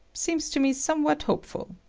seems to me somewhat hopeful.